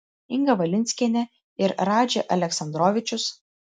inga valinskienė ir radži aleksandrovičius